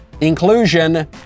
inclusion